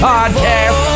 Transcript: Podcast